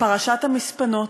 לפרשת המספנות,